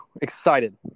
excited